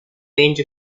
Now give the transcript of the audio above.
range